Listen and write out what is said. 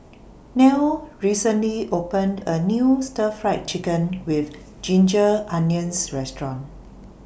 Nell recently opened A New Stir Fried Chicken with Ginger Onions Restaurant